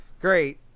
great